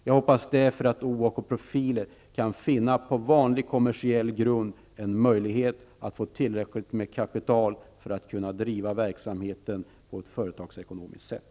Jag hoppas därför att Ovako Profiler på vanlig kommersiell grund kan finna en möjlighet att få tillräckligt med kapital för att driva verksamheten på ett företagsekonomiskt sätt.